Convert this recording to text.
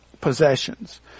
possessions